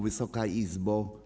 Wysoka Izbo!